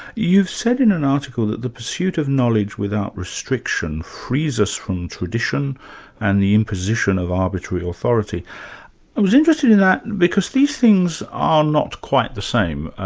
you've said in an article that the pursuit of knowledge without restriction frees us from tradition and the imposition of arbitrary authority. i was interested in that because these things are not quite the same,